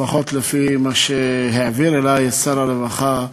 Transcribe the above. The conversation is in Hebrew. לפחות לפי מה שהעביר אלי שר הרווחה,